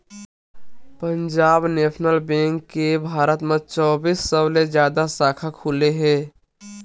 Punjab national bank के भारत म चौबींस सौ ले जादा साखा खुले हे